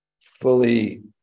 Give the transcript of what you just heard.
fully